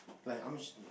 like I'm